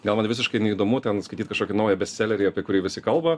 gal man visiškai neįdomu ten skaityt kažkokį naują bestselerį apie kurį visi kalba